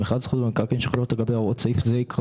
אנחנו נתקן שזה יהיה עד 25 אחוזים.